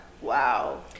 wow